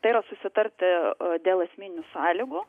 tai yra susitarti dėl esminių sąlygų